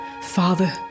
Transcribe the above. Father